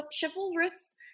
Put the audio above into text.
chivalrous